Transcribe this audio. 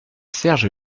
serge